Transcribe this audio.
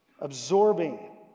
absorbing